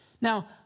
Now